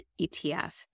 ETF